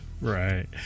Right